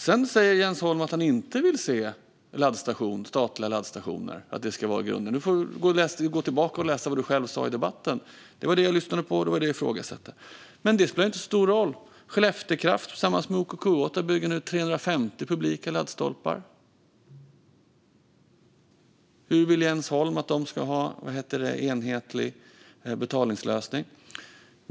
Sedan säger Jens Holm att han inte vill se statliga laddstationer och att det inte ska vara grunden. Du får väl gå tillbaka och läsa vad du själv sa i debatten! Det var detta jag lyssnade på och ifrågasatte. Men det spelar inte så stor roll. Skellefteå Kraft bygger nu tillsammans med OKQ8 350 publika laddstolpar. Hur vill Jens Holm att de ska ha en enhetlig betalningslösning?